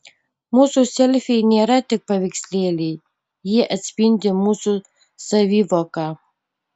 mūsų selfiai nėra tik paveikslėliai jie atspindi mūsų savivoką